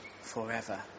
forever